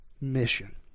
mission